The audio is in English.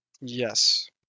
Yes